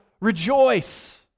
rejoice